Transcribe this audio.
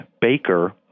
baker